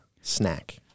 snack